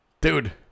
dude